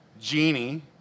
Genie